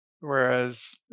Whereas